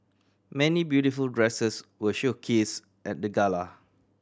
many beautiful dresses were showcased at the gala